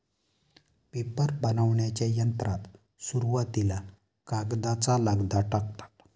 paper बनविण्याच्या यंत्रात सुरुवातीला कागदाचा लगदा टाकतात